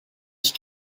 ich